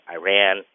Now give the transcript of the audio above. Iran